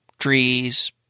trees